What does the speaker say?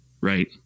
right